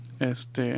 Este